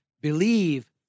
believe